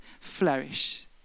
flourish